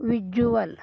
visual